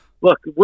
look